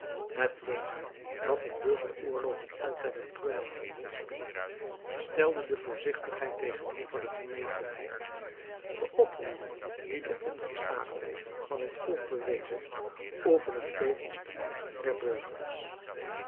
het leger dat in burgeroorlogen altijd een treurige rol speelt stelde de voorzichtigheid tegenover de vermetelheid de oproeren die de onversaagdheid van het volk bewezen oefenden tevens den moed der burgers